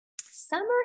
Summer